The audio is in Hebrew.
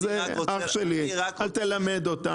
אז אל תלמד אותם.